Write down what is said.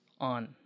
on